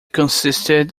consisted